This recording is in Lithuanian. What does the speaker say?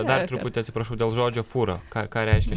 dar truputį atsiprašau dėl žodžio fūra ką ką reiškia